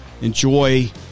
Enjoy